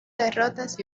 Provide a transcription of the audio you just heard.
derrotas